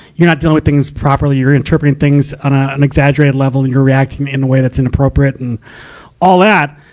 you're not dealing with things properly. you're interpreting things on ah an exaggerated level, and you're reacting in a way that's inappropriate and all that.